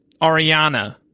Ariana